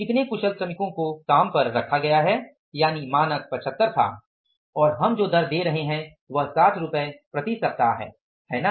कितने कुशल श्रमिकों को काम पर रखा गया है यानि मानक 75 था और हम जो दर दे रहे हैं वह 60 रुपये प्रति सप्ताह है है ना